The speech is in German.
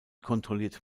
kontrolliert